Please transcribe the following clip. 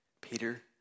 Peter